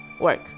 work